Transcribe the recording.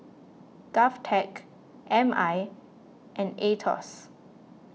Govtech M I and Aetos